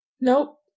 nope